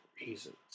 reasons